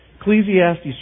Ecclesiastes